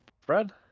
Fred